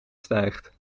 stijgt